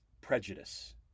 prejudice